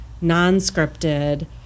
non-scripted